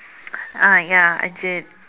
ah ya I did